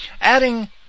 adding